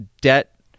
debt